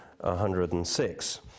106